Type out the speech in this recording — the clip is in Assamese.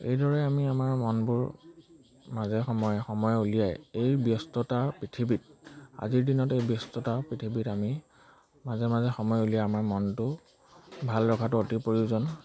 এইদৰে আমি আমাৰ মনবোৰ মাজে সময়ে সময় উলিয়াই এই ব্যস্ততাৰ পৃথিৱীত আজিৰ দিনত এই ব্যস্ততাৰ পৃথিৱীত আমি মাজে মাজে সময় উলিয়াই আমাৰ মনটো ভাল ৰখাটো অতি প্ৰয়োজন